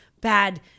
bad